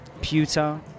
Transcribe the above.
pewter